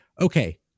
okay